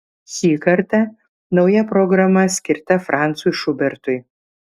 šį kartą nauja programa skirta francui šubertui